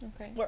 Okay